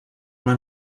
una